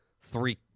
three